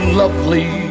lovely